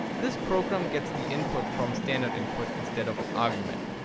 this program gets the input from standard input instead of an argument.